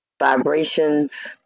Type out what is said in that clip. vibrations